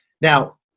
Now